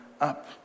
up